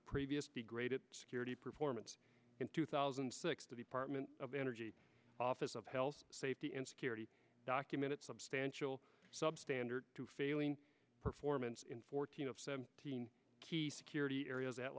previous degraded security performance in two thousand and six the department of energy office of health safety and security documented substantial substandard failing performance in fourteen of seventeen key security areas at